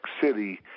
City